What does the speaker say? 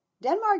Denmark